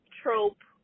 trope